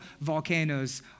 volcanoes